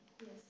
Yes